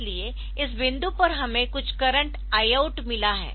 इसलिए इस बिंदु पर हमें कुछ करंट Iout मिला है